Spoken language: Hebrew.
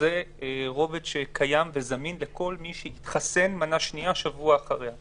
שזה רובד שזמין לכל אדם שבוע לאחר שהתחסן במנה השנייה.